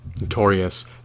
notorious